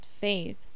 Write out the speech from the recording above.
faith